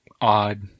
odd